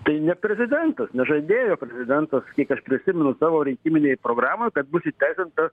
tai ne prezidentas nežadėjo prezidentas kiek aš prisimenu savo rinkiminėj programoj kad bus įteisinta